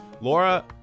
Laura